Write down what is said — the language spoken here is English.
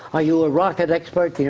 are you a rocket expert?